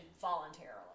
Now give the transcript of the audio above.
voluntarily